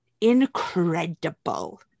incredible